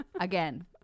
again